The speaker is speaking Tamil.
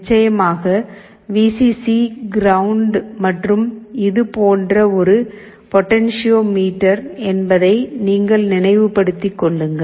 நிச்சயமாக வி சி சி கிரவுண்ட் மற்றும் இது போன்ற ஒரு பொட்டென்சியோமீட்டர் என்பதை நீங்கள் நினைவுபடுத்திக் கொள்ளுங்கள்